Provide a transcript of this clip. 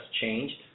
changed